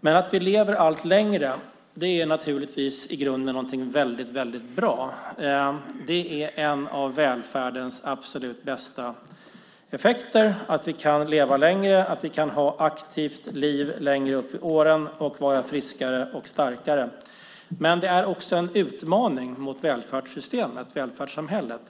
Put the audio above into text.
Men att vi lever allt längre är naturligtvis i grunden någonting väldigt bra. Det är en av välfärdens absolut bästa effekter att vi kan leva längre och att vi kan ha ett aktivt liv längre upp i åren och vara friskare och starkare. Men det är också en utmaning för välfärdssystemet och välfärdssamhället.